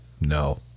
No